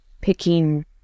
picking